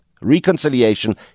reconciliation